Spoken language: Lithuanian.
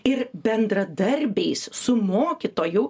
ir bendradarbiais su mokytoju